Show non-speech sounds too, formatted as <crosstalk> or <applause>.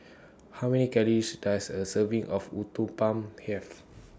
How Many Calories Does A Serving of Uthapam Have <noise>